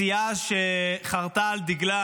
סיעה שחרתה על דגלה: